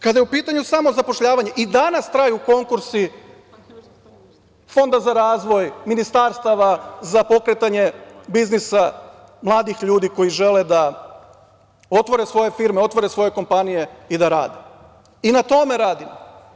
Kada je u pitanju samo zapošljavanje i danas traju konkursi Fonda za razvoj, ministarstava za pokretanje biznisa mladih ljudi koji žele da otvore svoje firme, otvore svoje kompanije i da rade, i na tome radimo.